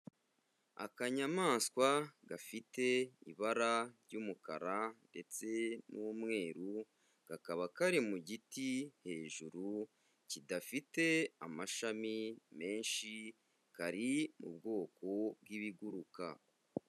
Akanyamaswa gafite ibara ry'umukara ndetse n'umweru, kakaba kari mu giti hejuru, kidafite amashami menshi kari mu bwoko bw'ibiguruka.